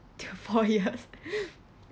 till four years